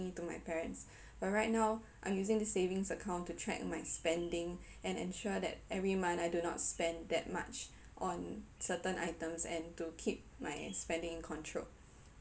to my parents but right now I'm using this savings account to track my spending and ensure that every month I do not spend that much on certain items and to keep my spending in control